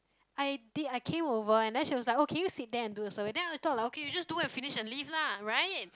I did I came over and then she was like oh can you sit there and do the survey then I thought was like you just do and finish and leave lah right